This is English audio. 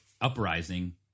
uprising